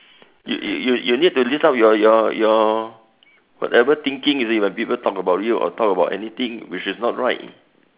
you you you you you need to list out your your your your whatever thinking you see when people talk about you or talk about anything which is not right